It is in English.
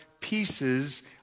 pieces